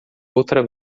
outra